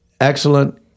Excellent